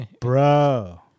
bro